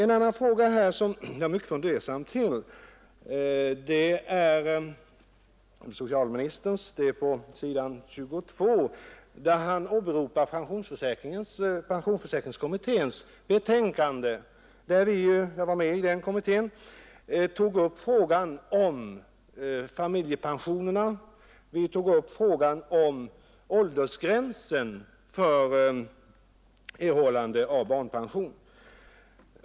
En annan fråga som jag är mycket fundersam inför är socialministerns hänvisning till pensionsförsäkringskommitténs betänkande, där vi — jag var själv ledamot av denna kommitté — tog upp familjepensionerna och åldersgränsen för erhållande av barnpension.